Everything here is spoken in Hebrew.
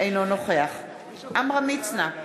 אינו נוכח עמרם מצנע,